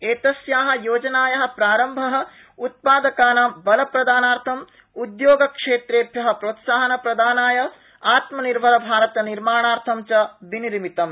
एतस्या योजनाया प्रारम्भ उत्पादनानां बलप्रदानार्थं उद्योगक्षेत्रेभ्यप्रोत्साहन प्रदानाय आत्मनिर्भरनिर्माणार्थं च विनिर्मितम्